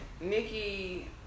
Nikki